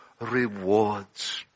rewards